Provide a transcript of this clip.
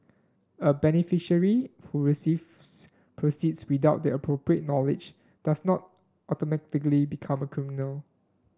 a beneficiary who receives proceeds without the appropriate knowledge does not automatically become a criminal